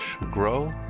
grow